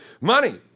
Money